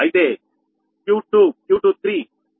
అయితే Q2Q23 −47